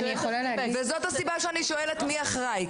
זאת הסיבה שאני שואלת מי אחראי.